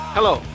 Hello